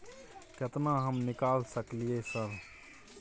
केतना हम निकाल सकलियै सर?